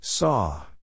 Saw